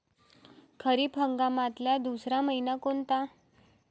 खरीप हंगामातला दुसरा मइना कोनता?